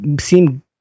seem